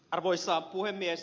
arvoisa puhemies